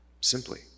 simply